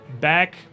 back